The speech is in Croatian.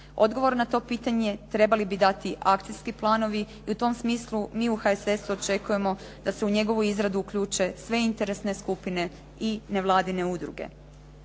Odgovor na to pitanje trebali bi dati akcijski planovi i u tom smislu mi u HSS-u očekujemo da se u njegovu izradu uključe sve interesne skupine i nevladine udruge.